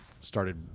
started